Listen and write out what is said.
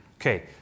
Okay